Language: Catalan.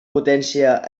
potència